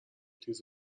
تیز